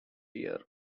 year